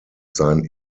sein